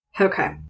okay